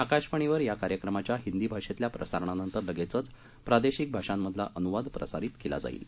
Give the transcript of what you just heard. आकाशवाणीवरयाकार्यक्रमाच्याहिंदीभाषेतल्याप्रसारणानंतर लगेचचप्रादेशिकभाषांमधलाअन्वादप्रसारितकेलाजाईल